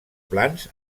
plans